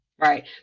right